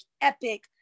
epic